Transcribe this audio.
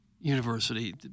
university